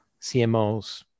CMOs